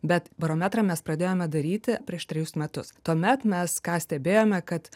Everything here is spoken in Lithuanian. bet barometrą mes pradėjome daryti prieš trejus metus tuomet mes ką stebėjome kad